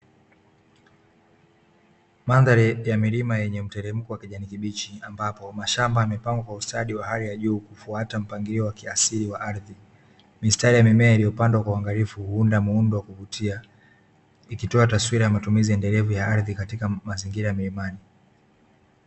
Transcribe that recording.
Mandhari ya milima yenye mteremko wa kijani kibichi, ambapo mashamba yamepangwa kwa ustadi wa hali ya juu, kufuata mpangilio wa kiasili wa ardhi. Mistari ya mimea iliyopandwa kwa uangalifu huunda muundo wa kuvutia, ikitoa taswira ya matumizi endelevu ya ardhi katika mazingira ya milimani.